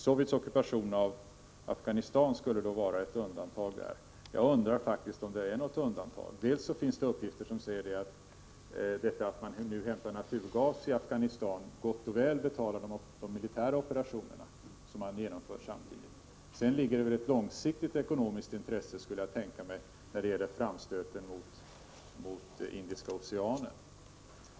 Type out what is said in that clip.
Sovjets ockupation av Afghanistan skulle då vara ett undantag där. Jag undrar faktiskt om det är något undantag. Dels finns det uppgifter som säger att detta, att man nu hämtar naturgas i Afghanistan gott och väl betalar de militära operationer som man genomför samtidigt. Sedan finns det ett långsiktigt ekonomiskt intresse, skulle jag tänka mig, när det gäller framstöten mot Indiska Oceanen.